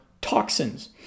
toxins